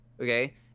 Okay